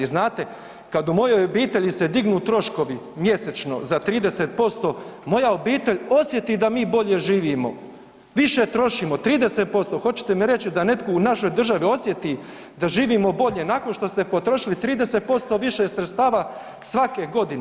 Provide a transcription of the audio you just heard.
Znate, kada u mojoj obitelji se dignu troškovi mjesečno za 30%, moja obitelj osjeti da mi bolje živimo, više trošimo, 30%, hoćete mi reći da netko u našoj državi osjeti da živimo bolje nakon što ste potrošili 30% sredstava svake godine.